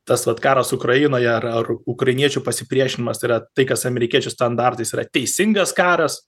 tas vat karas ukrainoj ar ar ukrainiečių pasipriešinimas tai yra tai kas amerikiečių standartais yra teisingas karas